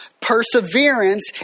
perseverance